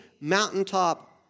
mountaintop